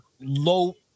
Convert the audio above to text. low